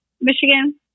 Michigan